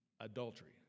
adultery